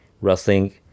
wrestling